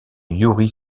youri